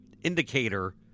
Indicator